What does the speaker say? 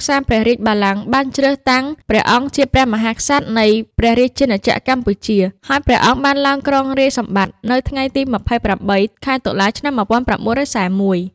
ក្សាព្រះរាជបល្ល័ង្កបានជ្រើសតាំងព្រះអង្គជាព្រះមហាក្សត្រនៃព្រះរាជាណាចក្រកម្ពុជា ហើយព្រះអង្គបានឡើងគ្រងរាជសម្បត្តិនៅថ្ងៃទី២៨ ខែតុលា ឆ្នាំ១៩៤១។